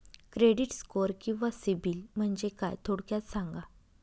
Credit score किंवा CIBIL म्हणजे काय? थोडक्यात सांगा